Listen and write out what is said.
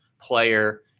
player